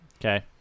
Okay